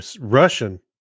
russian